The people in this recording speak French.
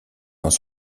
dans